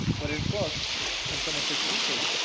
what it costs and some of its features.